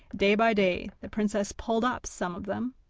day by day the princess pulled up some of them,